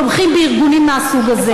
תומכים בארגונים מהסוג הזה,